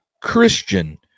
Christian